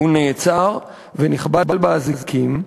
הוא נעצר ונכבל באזיקים,